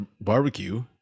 barbecue